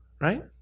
right